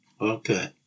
Okay